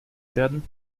werden